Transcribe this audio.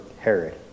Herod